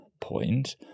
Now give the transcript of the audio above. point